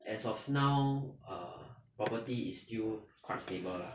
as of now err property is still quite stable lah